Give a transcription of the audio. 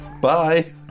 Bye